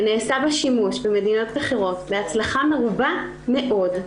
נעשה בה שימוש במדינות אחרות בהצלחה מרובה מאוד.